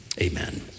Amen